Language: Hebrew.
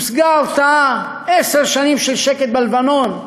הושגה ההרתעה, עשר שנים של שקט בלבנון,